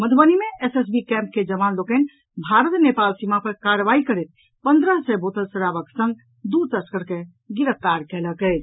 मधुबनी मे SSB camp के जावन लोकनि भारत नेपाल सीमा पर कार्रवाई करैत पन्द्रह सय बोतल शराबक संग दू तस्कर के गिरफ्तार कयलक अछि